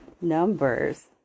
numbers